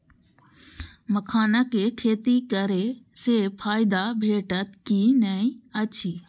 मखानक खेती करे स फायदा भेटत की नै अछि?